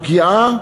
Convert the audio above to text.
הפגיעה